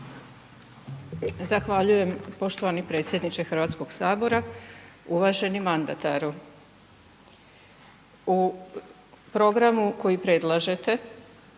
Zahvaljujem poštovani predsjedniče Hrvatskog sabora, uvaženi mandataru. U programu koji predlažete